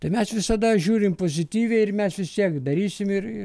tai mes visada žiūrim pozityviai ir mes vis tiek darysim ir ir